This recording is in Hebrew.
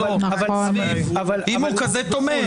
אם הוא כזה תומך.